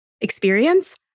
experience